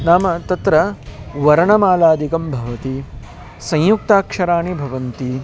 नाम तत्र वर्णमालादिकं भवति संयुक्ताक्षराणि भवन्ति